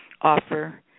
offer